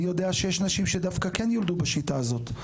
אני יודע שיש נשים שכן ילדו בשיטה הזאת.